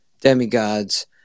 demigods